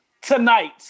tonight